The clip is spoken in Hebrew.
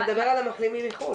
אתה מדבר על המחלימים מחוץ לארץ.